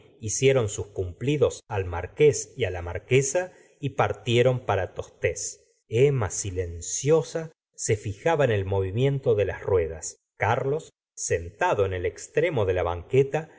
hicieron sus cumplidos al marqués y á la marquesa y partieron para tostes emma silenciosa se fijaba en el movimiento de las ruedas carlos sentado en el extremo de la banqueta